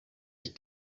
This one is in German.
ich